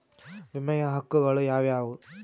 ವಿಮೆಯ ಹಕ್ಕುಗಳು ಯಾವ್ಯಾವು?